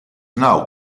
now